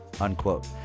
unquote